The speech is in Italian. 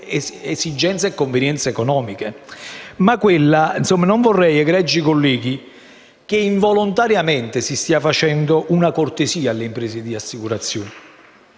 esigenze e convenienze economiche. Non vorrei, egregi colleghi, che involontariamente si stesse facendo una cortesia alle imprese di assicurazioni.